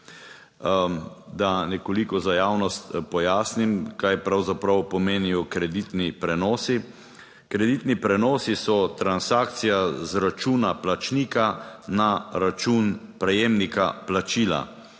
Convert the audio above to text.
Da nekoliko za javnost pojasnim, kaj pravzaprav pomenijo kreditni prenosi. Kreditni prenosi so transakcija z računa plačnika na račun prejemnika plačila.